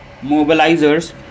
mobilizers